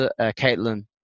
Caitlin